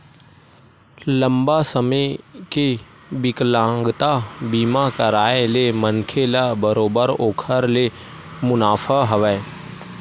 लंबा समे के बिकलांगता बीमा कारय ले मनखे ल बरोबर ओखर ले मुनाफा हवय